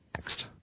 next